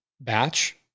Batch